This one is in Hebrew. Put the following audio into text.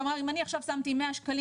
כלומר אם אני עכשיו שמתי 100 שקלים